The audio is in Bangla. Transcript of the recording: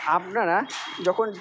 আপনারা যখন